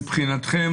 מבחינתכם,